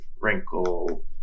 Wrinkle